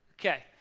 Okay